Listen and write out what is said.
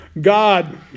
God